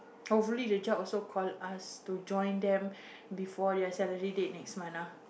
hopefully the job also call us to join them before their salary date next month ah